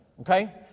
Okay